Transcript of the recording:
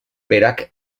berak